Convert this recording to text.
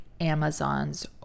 amazon's